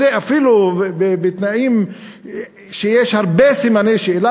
אפילו בתנאים שיש הרבה סימני שאלה,